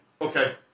Okay